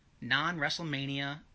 non-WrestleMania